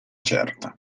certa